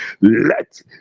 let